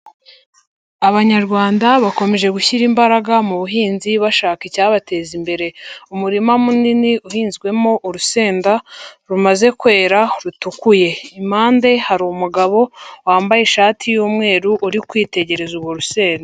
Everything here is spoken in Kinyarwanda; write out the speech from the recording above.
Abanyarwanda bakomeje gushyira imbaraga mu buhinzi bashaka icyabateza imbere. Umurima munini uhinzwemo urusenda rumaze kwera, rutukuye. Impande hari umugabo wambaye ishati y'umweru uri kwitegereza urwo rusenda.